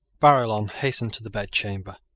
barillon hastened to the bedchamber,